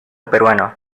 peruano